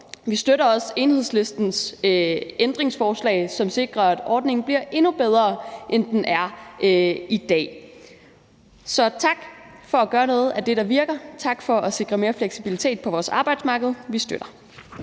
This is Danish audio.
Vi støtter også Enhedslistens ændringsforslag, som sikrer, at ordningen bliver endnu bedre, end den er i dag. Så tak for at gøre noget af det, der virker. Tak for at sikre mere fleksibilitet på vores arbejdsmarked. Vi støtter.